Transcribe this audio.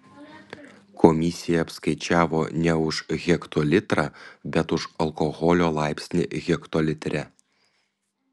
komisija apskaičiavo ne už hektolitrą bet už alkoholio laipsnį hektolitre